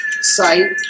site